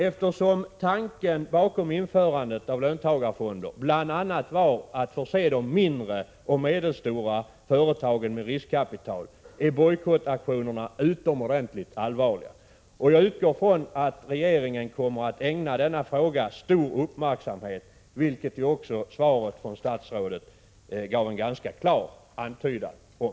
Eftersom tanken bakom införandet av löntagarfonder bl.a. var att förse de mindre och medelstora företagen med riskkapital, är bojkottaktionerna utomordentligt allvarliga. Jag utgår från att regeringen kommer att ägna denna fråga stor uppmärksamhet — vilket ju också svaret från statsrådet gav en klar antydan om.